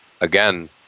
again